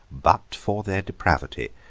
but for their depravity,